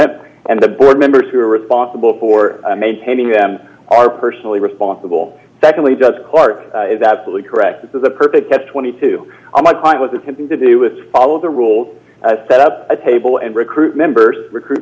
amendment and the board members who are responsible for maintaining them are personally responsible secondly does clark is absolutely correct this is a perfect test twenty two my client was attempting to do is follow the rules set up a table and recruit members recruit